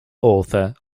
author